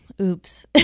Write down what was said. oops